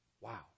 Wow